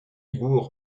dubourg